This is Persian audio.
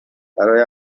برای